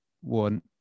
One